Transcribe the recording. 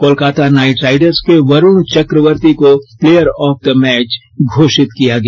Kolkata Knight Riders के वरुण चक्रवर्ती को player of the match घोषित किया गया